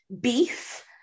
beef